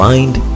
Mind